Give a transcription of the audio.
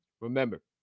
remember